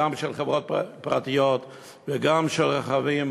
גם של חברות פרטיות וגם רכבים